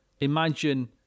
imagine